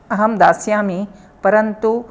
अहं दास्यामि परन्तु